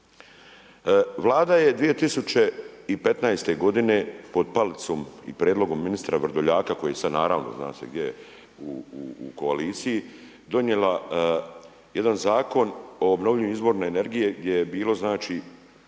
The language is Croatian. Vlada je 2015. godine pod palicom i prijedlogom ministar Vrdoljaka, koji sad naravno zna se gdje je, u koaliciji, donijela jedan Zakon o obnovljivim izvorima energije gdje je bilo znači,